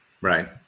Right